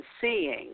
seeing